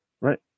right